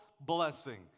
blessing